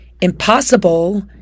Impossible